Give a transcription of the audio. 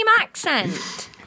accent